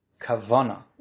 kavana